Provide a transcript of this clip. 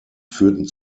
führten